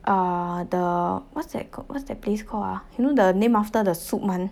err the what's that ca~ what's that place called ah you know the name after the soup [one]